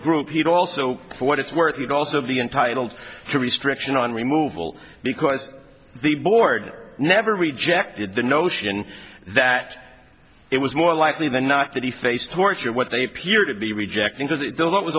group he'd also for what it's worth and also of the entitled to restriction on removal because the board never rejected the notion that it was more likely than not that he faced torture what they appear to be rejecting that it was